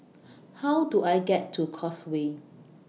How Do I get to Causeway